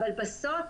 בסוף,